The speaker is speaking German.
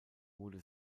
wurde